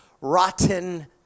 rotten